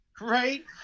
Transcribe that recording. Right